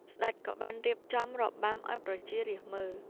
ស្ដេចក៏បានរៀបចំរបាំឱ្យប្រជារាស្ត្រមើល។